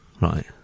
right